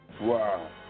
Wow